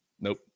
nope